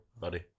buddy